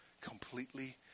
completely